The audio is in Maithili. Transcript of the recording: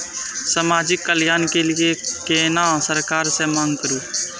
समाजिक कल्याण के लीऐ केना सरकार से मांग करु?